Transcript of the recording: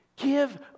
Give